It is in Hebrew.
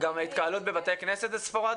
ההתקהלות בבתי הכנסת היא ספורדית?